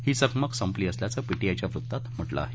ही चकमक आता संपली असल्याचं पीटीआयच्या वृत्तात म्हटलं आहे